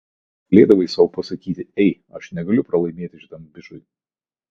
negalėdavai sau pasakyti ei aš negaliu pralaimėti šitam bičui